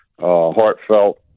heartfelt